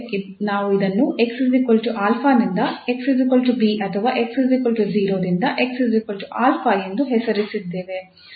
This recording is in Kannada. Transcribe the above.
ನಾವು ಇದನ್ನು 𝑥 𝑎 ನಿಂದ 𝑥 𝑏 ಅಥವಾ 𝑥 0 ರಿಂದ 𝑥 𝑎 ಎಂದು ಹೆಸರಿಸುತ್ತಿದ್ದೇವೆ